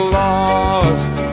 lost